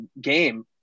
game